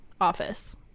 office